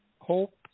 Hope